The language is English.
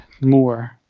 more